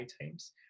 teams